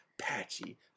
patchy